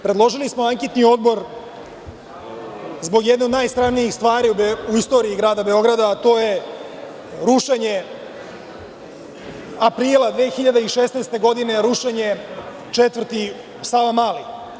Predložili smo anketni odbor zbog jedne od najsramnijih stvari u istoriji grada Beograda, a to je aprila 2016. godine rušenje četvrti Savamala.